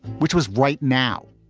which was right now.